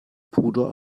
puder